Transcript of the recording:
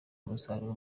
umusaruro